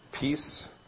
peace